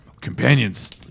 companions